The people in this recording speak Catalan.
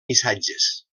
missatges